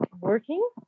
working